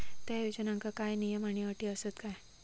त्या योजनांका काय नियम आणि अटी आसत काय?